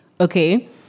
Okay